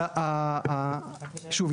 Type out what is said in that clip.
אבל שוב,